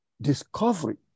discovery